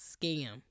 Scam